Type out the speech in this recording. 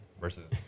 versus